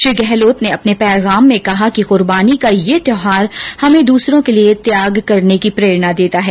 श्री ॅगहलोत ने अपने पैगाम में कहा कि कुर्बानी का यह त्यौहार हमें दूसरों के लिए त्याग करने की प्रेरणा देता है